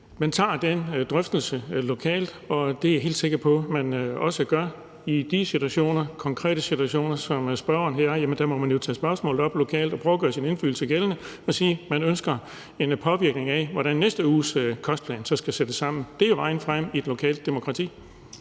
man tager den drøftelse lokalt, og det er jeg helt sikker på at man også gør i de konkrete situationer, som spørgeren nævner. Der må man jo tage spørgsmålet op lokalt og prøve at gøre sin indflydelse gældende og sige, at man ønsker at påvirke, hvordan næste uges kostplan så skal sættes sammen. Det er vejen frem i et lokalt demokrati.